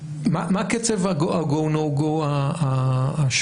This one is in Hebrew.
מה קצב ה-go no go השבועי?